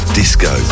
disco